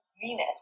Venus